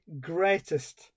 greatest